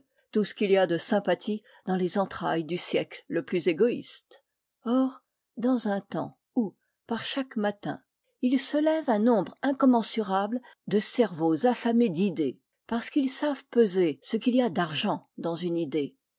tout ce qu'il y a de sympathie dans les entrailles du siècle le plus égoïste or dans un temps où par chaque matin il se lève un nombre incommensurable de cerveaux affamés d'idées parce qu'ils savent peser ce qu'il y a d'argent dans une idée